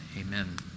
Amen